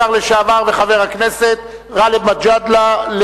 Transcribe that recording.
השר לשעבר וחבר הכנסת גאלב מג'אדלה,